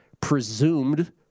presumed